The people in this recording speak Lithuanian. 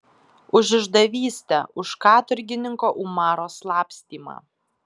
už išdavystę už katorgininko umaro slapstymą